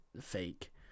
fake